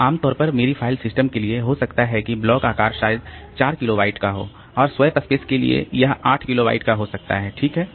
तो आम तौर पर मेरी फाइल सिस्टम के लिए हो सकता है कि ब्लॉक आकार शायद 4 किलो बाइट का हो और स्वैप स्पेस के लिए या 8 किलोबाइट का हो सकता है ठीक है